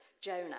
Jonah